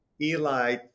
Eli